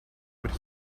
would